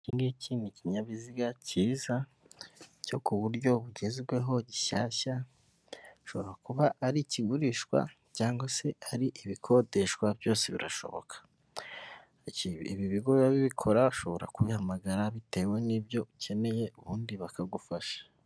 Iki ngiki ni ikinyabiziga cyiza cyo ku buryo bugezweho gishyashya, gishobora kuba ari ikigurishwa cyangwa se ari ibikodeshwa byose birashoboka, ibi bigo biba bibikora ushobora kubamagara bitewe n'ibyo ukeneye ubundi bakagufasha.